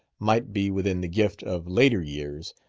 might be within the gift of later years.